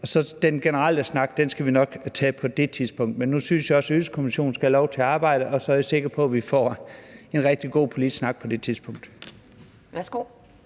men den generelle snak skal vi nok tage på det tidspunkt. Men nu synes jeg også, at Ydelseskommissionen skal have lov til at arbejde, og så er jeg sikker på, at vi bagefter får en god politisk snak.